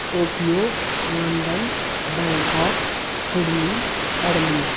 Tokyo London Bangkok Sydney Adelaide